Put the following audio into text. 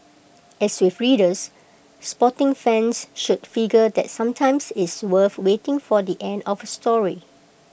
as with readers sporting fans should figure that sometimes it's worth waiting for the end of A story